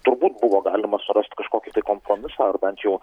turbūt buvo galima surast kažkokį tai kompromisą arba bent jau